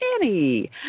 Annie